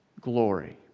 glory